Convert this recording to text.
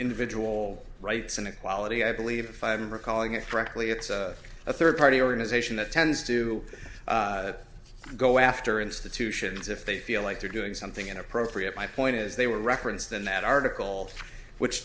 individual rights and equality i believe if i'm recalling it correctly it's a third party organisation that tends to go after institutions if they feel like they're doing something inappropriate my point is they were referenced in that article which